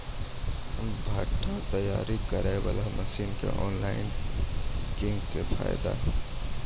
भुट्टा तैयारी करें बाला मसीन मे ऑनलाइन किंग थे फायदा हे?